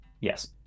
Yes